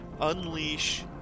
unleash